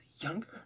younger